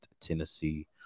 Tennessee